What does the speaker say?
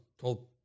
told